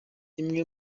imwe